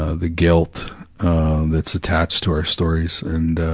ah the guilt, ah that's attached to our stories and ah,